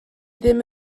ddim